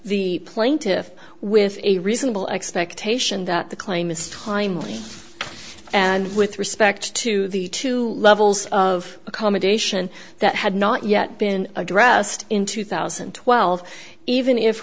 the plaintiffs with a reasonable expectation that the claim is timely and with respect to the two levels of accommodation that had not yet been addressed in two thousand and twelve even if